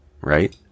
right